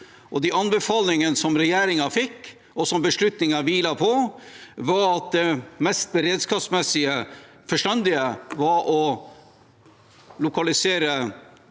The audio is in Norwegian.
De anbefalingene regjeringen fikk, og som beslutningen hviler på, var at det mest beredskapsmessig forstandige var å lokalisere